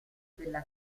della